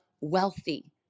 wealthy